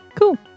Cool